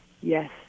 Yes